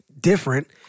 different